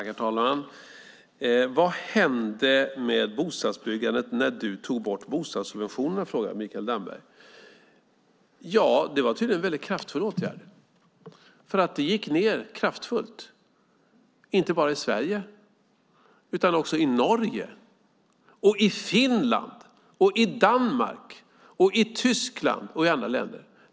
Herr talman! Vad hände med bostadsbyggandet när jag tog bort bostadssubventionerna, frågade Mikael Damberg. Ja, det var tydligen kraftfulla åtgärder. Byggandet gick ned kraftfullt, inte bara i Sverige utan också i Norge, Finland, Danmark, Tyskland och i andra länder.